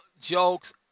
jokes